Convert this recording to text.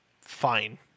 fine